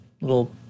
little